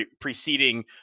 preceding